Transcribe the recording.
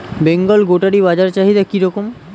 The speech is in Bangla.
বেঙ্গল গোটারি বাজার চাহিদা কি রকম?